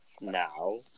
now